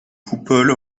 coupole